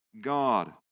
God